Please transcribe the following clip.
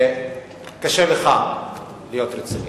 קשה לך להיות רציני.